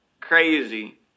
crazy